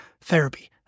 therapy